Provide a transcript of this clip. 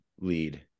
lead